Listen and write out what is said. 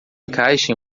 encaixa